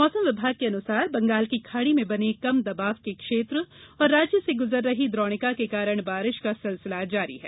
मौसम विभाग के अनुसार बंगाल की खाड़ी में बने कम दवाब के क्षेत्र और राज्य से गुजर रही द्रोणिका के कारण बारिश का सिलसिला जारी है